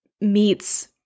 meets